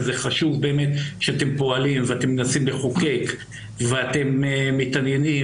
וזה חשוב באמת שאתם פועלים ואתם מנסים לחוקק ואתם מתעניינים,